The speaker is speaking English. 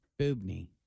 Boobney